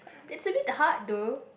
it's a bit hard though